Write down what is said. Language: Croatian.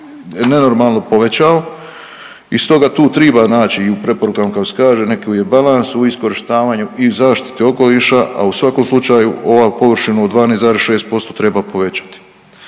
nenormalno povećao i stoga tu triba naći i u preporukama kako se kaže neki balans u iskorištavanju i zaštiti okoliša, a u svakom slučaju ova površina u 12,6% treba povećati.